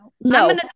no